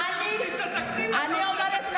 אז למה לא שמתם בבסיס התקציב, אני אומרת לכם,